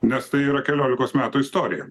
nes tai yra keliolikos metų istorija